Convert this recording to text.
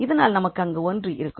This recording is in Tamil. இதனால் நமக்கு அங்கு 1 இருக்கும்